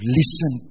listen